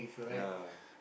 ya